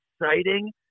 exciting